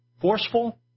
Forceful